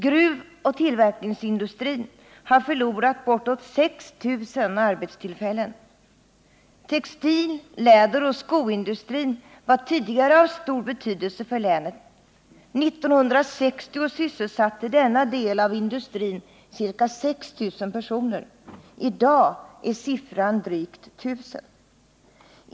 Gruvoch tillverkningsindustrin har förlorat bortåt 6 000 arbetstillfällen. Textil-, läderoch skoindustrin var tidigare av stor betydelse för länet. År 1960 sysselsatte denna del av industrin ca 6 000 personer. I dag är siffran drygt tusen personer.